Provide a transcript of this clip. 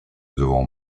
devant